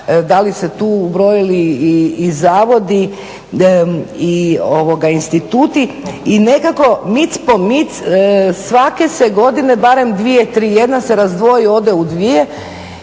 da li se tu broje i zavodi i instituti. I nekako mic po mic svake se godine barem 2, 3 jedna se razdvoji ode u dvije,